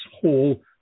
Hall